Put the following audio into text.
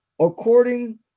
According